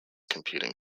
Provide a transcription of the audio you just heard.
computing